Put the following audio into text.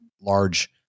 large